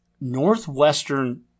Northwestern